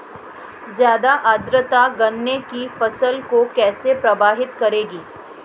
ज़्यादा आर्द्रता गन्ने की फसल को कैसे प्रभावित करेगी?